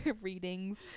readings